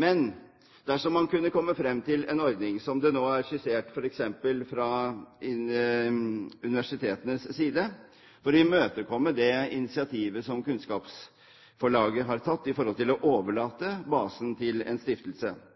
Men dersom man kunne komme frem til en ordning som den som nå er skissert f.eks. fra universitetenes side, for å imøtekomme det initiativet som Kunnskapsforlaget har tatt med hensyn til å overlate basen til en stiftelse,